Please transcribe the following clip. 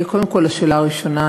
קודם כול אתייחס לשאלה הראשונה.